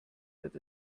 wird